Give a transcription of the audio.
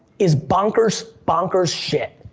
is bonkers, bonkers shit.